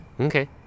Okay